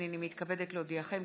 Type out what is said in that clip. הינני מתכבדת להודיעכם,